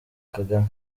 kagame